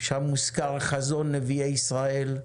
שם מוזכר חזון נביאי ישראל,